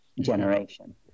generation